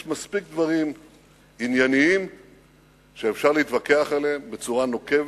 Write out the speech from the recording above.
יש מספיק דברים ענייניים שאפשר להתווכח עליהם בצורה נוקבת,